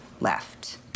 left